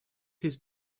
his